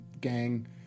gang